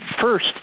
first